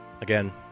again